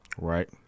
right